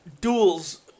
duels